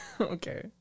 Okay